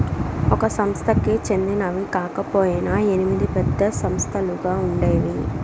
ఒక సంస్థకి చెందినవి కాకపొయినా ఎనిమిది పెద్ద సంస్థలుగా ఉండేవి